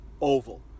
oval